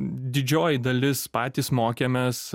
didžioji dalis patys mokėmės